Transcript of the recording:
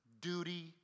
duty